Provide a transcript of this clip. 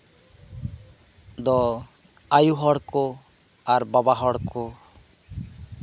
ᱟᱭᱩ ᱦᱚᱲ ᱠᱚ ᱟᱨ ᱵᱟᱵᱟ ᱦᱚᱲ ᱠᱚ